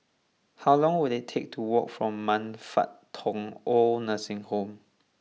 how long will it take to walk from Man Fut Tong Old Nursing Home